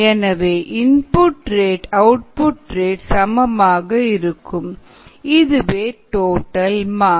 எனவே input rate output rate சமமாக இருக்கும் இதுவே டோட்டல் மாஸ்